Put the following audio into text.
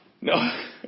no